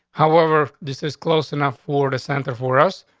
however, this is close enough for the center for us,